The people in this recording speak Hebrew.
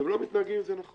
אתם לא מתנהגים עם זה נכון.